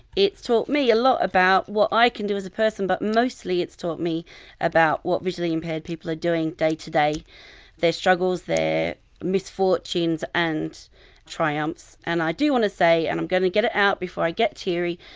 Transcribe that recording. it's taught me a lot about what i can do as a person but mostly it's taught me about what visually impaired people are doing day-to-day their struggles, their misfortunes and triumphs. and i do want to say, and i'm going to get it out before i get teary,